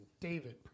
David